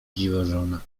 dziwożona